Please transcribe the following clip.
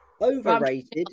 Overrated